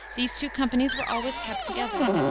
these two companies were always kept together.